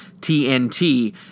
TNT